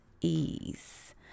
Ease